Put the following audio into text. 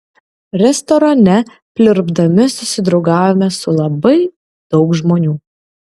restorane pliurpdami susidraugavome su labai daug žmonių